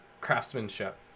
craftsmanship